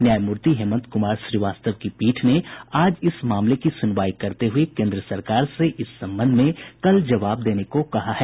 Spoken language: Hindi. न्यायमूर्ति हेमंत कुमार श्रीवास्तव की पीठ ने आज इस मामले की सुनवाई करते हुए केन्द्र सरकार से इस संबंध में कल जवाब देने को कहा है